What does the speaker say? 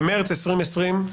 במרץ 2020,